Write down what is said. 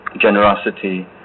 generosity